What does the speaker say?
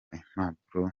impapuro